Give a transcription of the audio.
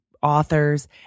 authors